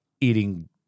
eating